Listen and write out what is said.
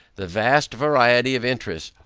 the vast variety of interests,